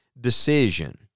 decision